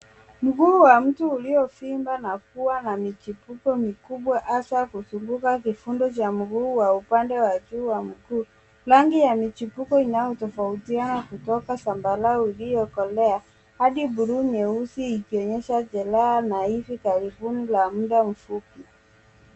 Mguu wa mtu uliovimba na kuwa na michipuko mikubwa hasa kuzunguka kifundo cha mguu wa upande wa juu wa mguu. Rangi ya michipuko inayotofautiana kutoka zambarau iliyokolea hadi buluu nyeusi ikionyesha jeraha la hivi karibuni la muda mfupi.